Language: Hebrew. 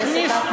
אני לא הפרעתי,